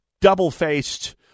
double-faced